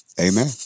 Amen